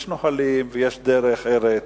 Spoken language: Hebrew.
יש נהלים ויש דרך ארץ,